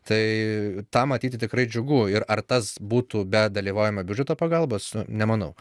tai tą matyti tikrai džiugu ir ar tas būtų be dalyvaujamojo biudžeto pagalbos nemanau